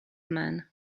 man